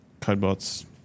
Codebots